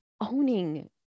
owning